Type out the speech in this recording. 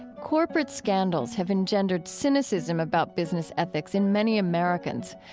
corporate scandals have engendered cynicism about business ethics in many americans.